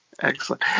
Excellent